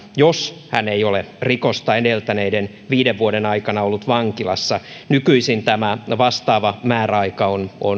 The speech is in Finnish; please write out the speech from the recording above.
jos hän ei ole rikosta edeltäneiden viiden vuoden aikana ollut vankilassa nykyisin tämä vastaava määräaika on kolme vuotta